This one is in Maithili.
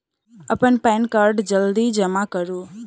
अप्पन पानि कार्ड जल्दी जमा करू?